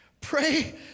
Pray